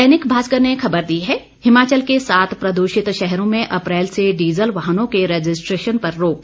दैनिक भास्कर ने खबर दी है हिमाचल के सात प्रदूषित शहरों में अप्रैल से डीजल वाहनों के रजिस्ट्रेशन पर रोक